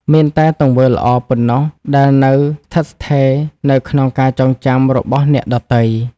មានតែ ទង្វើល្អ ប៉ុណ្ណោះដែលនៅស្ថិតស្ថេរនៅក្នុងការចងចាំរបស់អ្នកដទៃ។